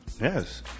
yes